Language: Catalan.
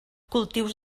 cultius